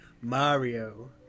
Mario